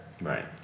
Right